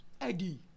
Eddie